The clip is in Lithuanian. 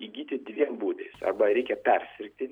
įgyti dviem būdais arba reikia persirgti